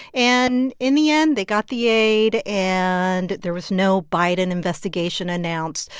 and in the end, they got the aid, and there was no biden investigation announced.